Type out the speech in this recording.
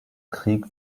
krieg